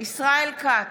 ישראל כץ,